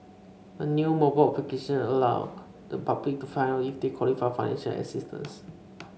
a new mobile application allow the public to find out if they qualify for financial assistance